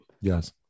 Yes